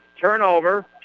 Turnover